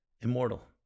immortal